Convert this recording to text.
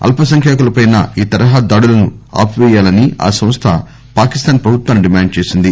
అల్పసంఖ్యాకులపై ఈ తరహా దాడులను ఆపిపేయాలని ఆ సంస్థ పాకిస్థాన్ ప్రభుత్వాన్ని డిమాండ్ చేసింది